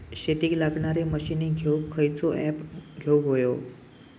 शेतीक लागणारे मशीनी घेवक खयचो ऍप घेवक होयो?